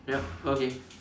yup okay